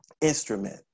instrument